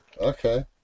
Okay